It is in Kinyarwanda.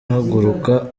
ahaguruka